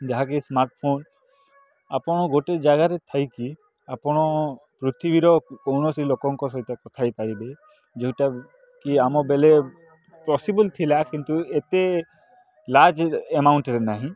ଯାହାକି smart phone ଆପଣ ଗୋଟେ ଜାଗାରେ ଥାଇକି ଆପଣ ପୃଥିବୀର କୌଣସି ଲୋକଙ୍କ ସହିତ କଥା ହୋଇପାରିବେ ଯେଉଁଟା କି ଆମ ବେଲେ ପସିବୁଲ୍ ଥିଲା କିନ୍ତୁ ଏତେ ଲାର୍ଜ୍ ଏମାଉଣ୍ଟ୍ରେ ନାହିଁ